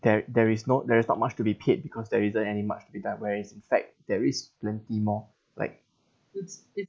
there there is no there's not much to be paid because there isn't any much to be done whereas in fact there is plenty more like